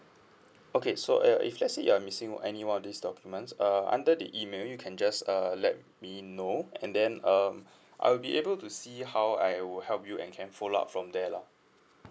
okay so uh if let's say you are missing anyone these documents uh under the email you can just err let me know and then um I'll be able to see how I will help you and can follow up from there lah